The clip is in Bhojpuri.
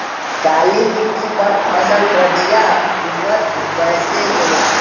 काली मिट्टी पर फसल बढ़िया उन्नत कैसे होला?